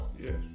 Yes